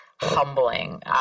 humbling